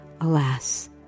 Alas